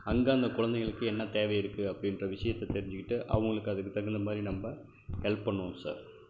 அங்கே அந்த குழந்தைகளுக்கு என்ன தேவை இருக்குது அப்படிகிற விஷயத்தை தெரிஞ்சுக்கிட்டு அவர்களுக்கு அதுக்கு தகுந்த மாதிரி நம்ம ஹெல்ப் பண்ணுவோம் சார்